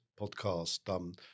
podcast